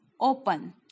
open